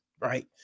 right